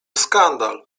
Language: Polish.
skandal